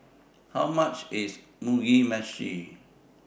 How much IS Mugi Meshi